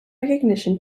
recognition